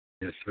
Yes